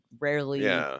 rarely